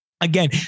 Again